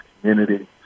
community